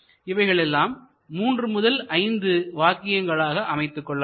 இவைகள் எல்லாம் 3 முதல் 5 வாக்கியங்களாக அமைத்து கொள்ளலாம்